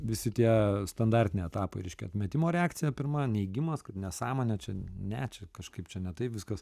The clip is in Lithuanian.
visi tie standartiniai etapai ryškia atmetimo reakcija pirma neigimas kad nesąmonė čia ne čia kažkaip čia ne taip viskas